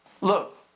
Look